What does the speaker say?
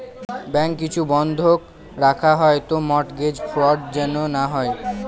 bank কিছু বন্ধক রাখা হয় তো মর্টগেজ ফ্রড যেন না হয়